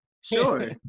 Sure